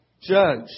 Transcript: Judge